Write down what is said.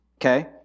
okay